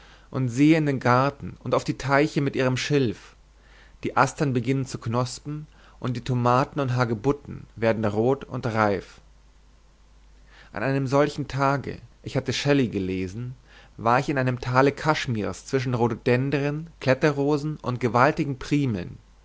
und sehe in den garten und auf die teiche mit ihrem schilf die astern beginnen zu knospen und die tomaten und hagebutten werden rot und reif an einem solchen tage ich hatte shelley gelesen war ich in einem tale kaschmirs zwischen rhododendren kletterrosen und gewaltigen primeln